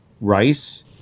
rice